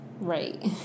Right